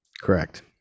correct